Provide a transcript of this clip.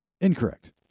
incorrect